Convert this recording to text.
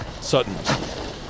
Sutton